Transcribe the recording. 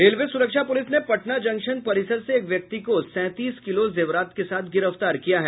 railway सुरक्षा police ने Patna junction परिसर से एक व्यक्ति को सैंतीस किलो जेवरात के साथ गिरफ्तार किया है